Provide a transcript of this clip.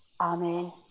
Amen